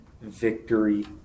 victory